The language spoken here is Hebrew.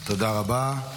תודה רבה.